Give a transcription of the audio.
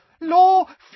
Law